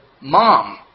Mom